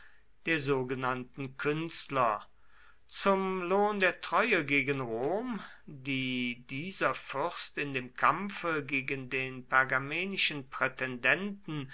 der sogenannten künstler zum lohn der treue gegen rom die dieser fürst in dem kampfe gegen den